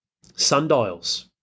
sundials